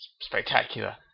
spectacular